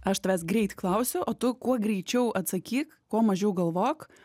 aš tavęs greit klausiu o tu kuo greičiau atsakyk kuo mažiau galvok